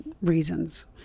reasons